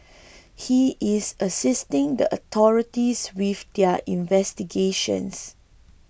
he is assisting the authorities with their investigations